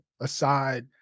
aside